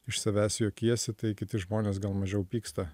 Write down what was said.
iš savęs juokiesi tai kiti žmonės gal mažiau pyksta